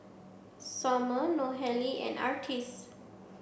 Sommer Nohely and Artis